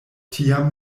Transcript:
tiam